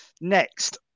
Next